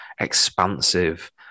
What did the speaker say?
expansive